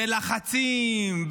בלחצים,